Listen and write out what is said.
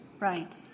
Right